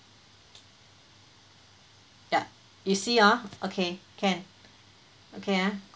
yup you see hor okay can okay ah